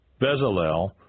Bezalel